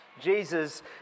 Jesus